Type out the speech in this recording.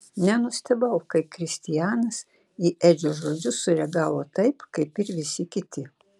nenustebau kai kristianas į edžio žodžius sureagavo taip kaip ir visi kiti